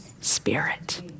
Spirit